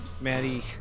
Maddie